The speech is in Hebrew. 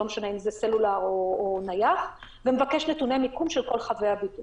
ולא משנה אם זה סלולר או נייח ומבקש נתוני מיקום של כל חבי הבידוד